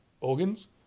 organs